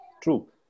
True